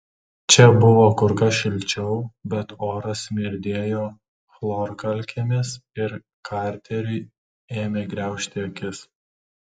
čia buvo kur kas šilčiau bet oras smirdėjo chlorkalkėmis ir karteriui ėmė graužti akis